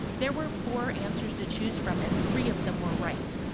there were four answers to choose from and three of them were right.